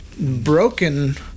broken